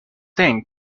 then